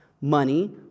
money